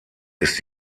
ist